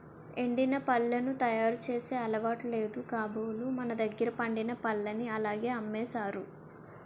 ఎండిన పళ్లను తయారు చేసే అలవాటు లేదు కాబోలు మనదగ్గర పండిన పల్లని అలాగే అమ్మేసారు